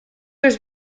was